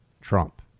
Trump